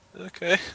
Okay